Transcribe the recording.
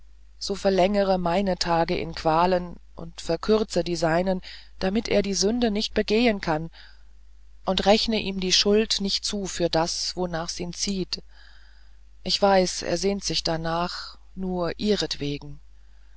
so verlängere meine tage in qualen und verkürze die seinen damit er die sünde nicht begehen kann und rechne ihm die schuld nicht zu für das wonach's ihn zieht ich weiß er sehnt sich danach nur ihretwegen